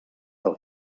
pel